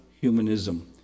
humanism